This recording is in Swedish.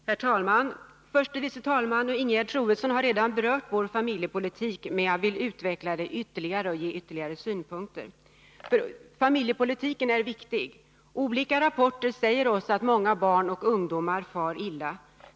Herr talman! Förste vice talmannen Ingegerd Troedsson har redan berört vår familjepolitik, men jag vill utveckla den ytterligare. Familjepolitiken är viktig. Olika rapporter säger oss att många barn och ungdomar far illa.